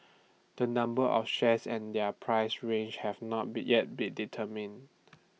the number of shares and their price range have not be yet been determined